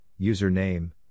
Username